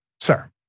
sir